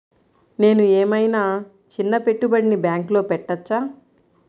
నేను ఏమయినా చిన్న పెట్టుబడిని బ్యాంక్లో పెట్టచ్చా?